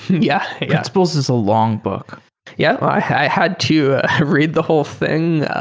yeah principles is a long book yeah. i had to read the whole thing,